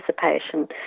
participation